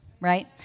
right